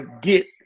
get